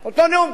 אותו נאום קראתי.